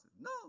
No